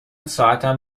ساعتم